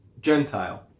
Gentile